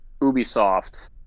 Ubisoft